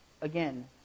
again